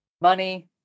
money